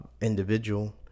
individual